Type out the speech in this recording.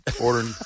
ordering